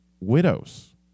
widows